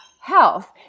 health